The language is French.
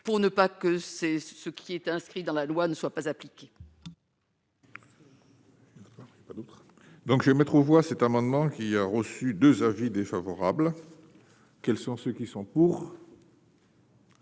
pour ne pas que c'est ce qui est inscrit dans la loi ne soit pas appliquée. Donc, je vais mettre aux voix cet amendement qui a reçu 2 avis défavorables. Quels sont ceux qui sont pour.